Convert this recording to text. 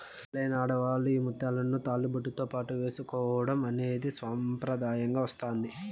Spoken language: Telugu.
పెళ్ళైన ఆడవాళ్ళు ఈ ముత్యాలను తాళిబొట్టుతో పాటు ఏసుకోవడం అనేది సాంప్రదాయంగా వస్తాంది